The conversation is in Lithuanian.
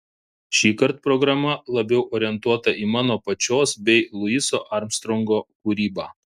šįkart programa labiau orientuota į mano pačios bei luiso armstrongo kūrybą